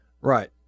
Right